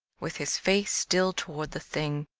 with his face still toward the thing.